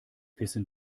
wissen